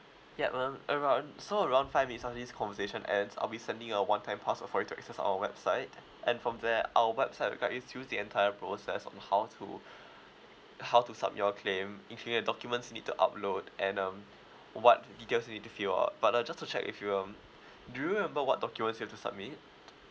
yup um around so around five minutes after this conversation ends I'll be sending you a one time password for you to access our website and from there our website will guide you through the entire process on how to how to submit your claim including the documents you need to upload and um what details you need to fill out but uh just to check with you um do you remember what documents you have to submit